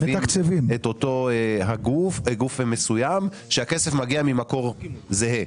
מתקצבים גוף מסוים כאשר הכסף מגיע ממקור זהה,